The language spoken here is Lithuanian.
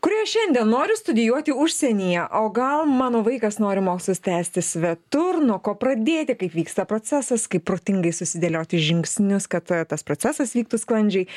kurioje šiandien noriu studijuoti užsienyje o gal mano vaikas nori mokslus tęsti svetur nuo ko pradėti kaip vyksta procesas kaip protingai susidėlioti žingsnius kad tas procesas vyktų sklandžiai